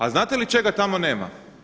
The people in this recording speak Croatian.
A znate li čega tamo nema?